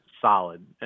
solid